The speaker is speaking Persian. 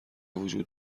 وجود